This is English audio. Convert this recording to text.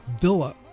villa